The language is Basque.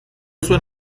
zuen